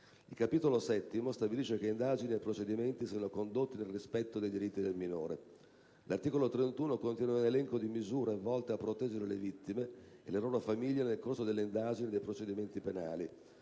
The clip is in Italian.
Il Capitolo VII stabilisce che indagini e procedimenti siano condotti nel rispetto dei diritti del minore. L'articolo 31 contiene un elenco di misure volte a proteggere le vittime e le loro famiglie nel corso delle indagini e dei procedimenti penali,